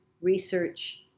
research